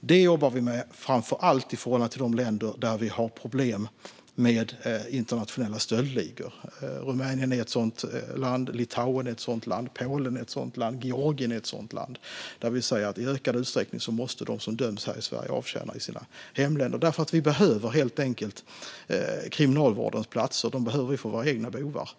Detta jobbar vi med framför allt i förhållande till de länder där vi har problem med internationella stöldligor. Rumänien är ett sådant land, Litauen är ett sådant land, Polen är ett sådant land och Georgien är ett sådant land där vi säger att medborgare från dessa länder som döms här i Sverige i ökad utsträckning måste avtjäna straffen i sina hemländer. Vi behöver helt enkelt kriminalvårdens platser för våra egna bovar.